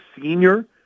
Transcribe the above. senior